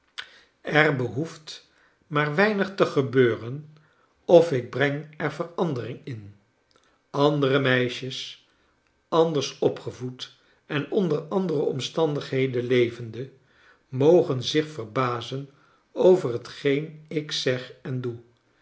er behoeft maar weinig te gebeuren of ik breng er verandering in andere meisjes anders opgevoed en onder andere omstarxdigheden levende mogen zich verbazen over hetgeen ik zeg en doe